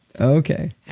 Okay